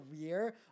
career